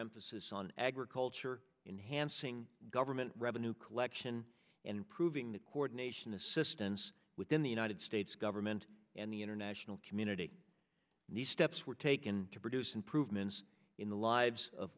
emphasis on agriculture in hansing government revenue collection and improving the coordination assistance within the united states government and the international community needs steps were taken to produce improvements in the lives of